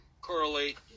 correlate